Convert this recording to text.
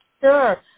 Sure